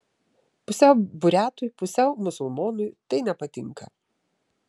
pusiau buriatui pusiau musulmonui tai nepatinka